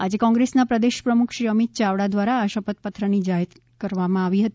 આજે કોંગ્રેસના પ્રદેશ પ્રમુખ શ્રી અમિત ચાવડા દ્વારા આ શપથ પત્રની જાહેરાત કરવામાં આવી હતી